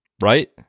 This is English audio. Right